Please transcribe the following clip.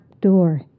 door